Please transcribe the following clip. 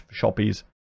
shoppies